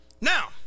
Now